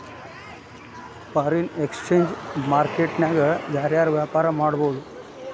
Foreign exchange market ನ್ಯಾಗ ಯಾರ್ ಯಾರ್ ವ್ಯಾಪಾರಾ ಮಾಡ್ಬೊದು?